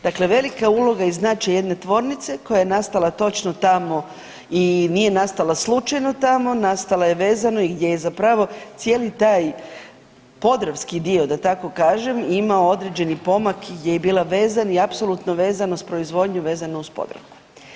Dakle, velika uloga i značaj jedne tvornice koja je nastala točno tamo i nije nastala slučajno tamo, nastala je vezano i gdje je zapravo cijeli taj podravski dio da tako kažem imao određeni pomak gdje je bila vezan i apsolutno vezano s proizvodnjom vezano uz Podravku.